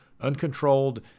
Uncontrolled